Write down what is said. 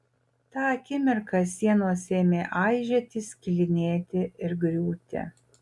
tą akimirką sienos ėmė aižėti skilinėti ir griūti